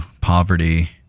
poverty